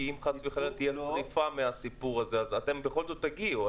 אם חס וחלילה תהיה שריפה מהסיפור הזה אתם בכל זאת תגיעו.